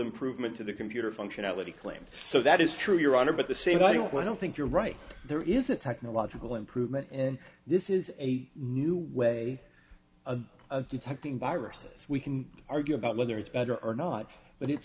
improvement to the computer functionality claims so that is true your honor but the same i don't why don't think you're right there is a technological improvement and this is a new way of detecting viruses we can argue about whether it's better or not but it's